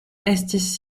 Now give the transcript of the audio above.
estis